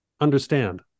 understand